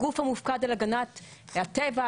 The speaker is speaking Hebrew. הגוף המופקד על הגנת הטבע,